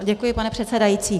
Děkuji, pane předsedající.